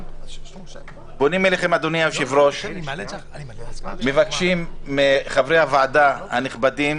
אדוני היושב ראש ומבקשים מחברי הוועדה הנכבדים